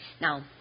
Now